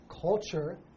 culture